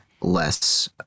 less